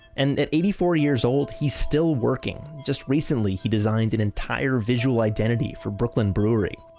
and at eighty four years old, he's still working. just recently, he designed an entire visual identity for brooklyn brewery.